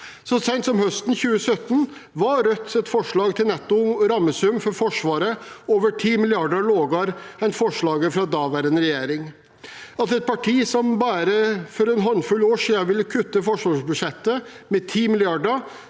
Så sent som høsten 2017 var Rødts forslag til netto rammesum for Forsvaret over 10 mrd. kr lavere enn forslaget fra daværende regjering. At et parti som bare for en håndfull år siden ville kutte forsvarsbudsjettet med 10 mrd.